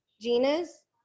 Gina's